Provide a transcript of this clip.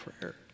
prayer